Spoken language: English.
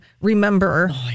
remember